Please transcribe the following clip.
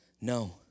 No